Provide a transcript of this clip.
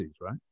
right